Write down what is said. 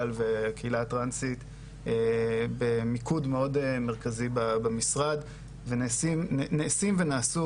והקהילה הטרנסית בפרט במיקוד מאוד מרכזי במשרד ונעשים ונעשו